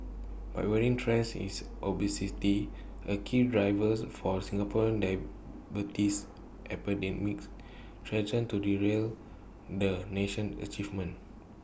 but worrying trends is obesity A key drivers for Singaporean diabetes epidemics threaten to derail the nation's achievements